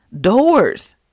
doors